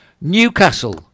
Newcastle